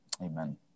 Amen